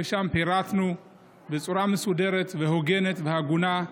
ושם פירטנו בצורה מסודרת והוגנת והגונה,